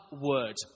word